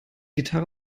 gitarre